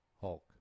Hulk